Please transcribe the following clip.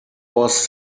was